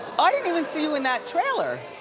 i didn't even see you and that trailer.